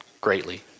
greatly